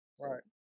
Right